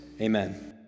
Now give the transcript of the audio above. Amen